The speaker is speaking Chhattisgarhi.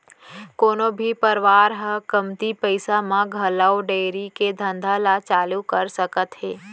कोनो भी परवार ह कमती पइसा म घलौ डेयरी के धंधा ल चालू कर सकत हे